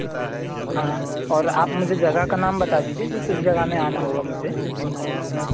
हाँ और आप मुझे जगह का नाम बता दीजिए कि किस जगह में आना होगा मुझे